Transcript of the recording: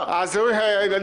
שתגיד.